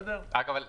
אגב,